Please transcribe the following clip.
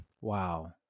wow